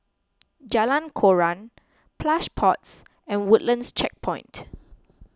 Jalan Koran Plush Pods and Woodlands Checkpoint